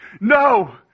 no